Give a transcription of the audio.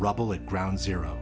rubble at ground zero